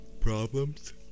problems